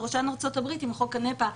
בראשן ארצות הברית עם חוק ה-NEPA,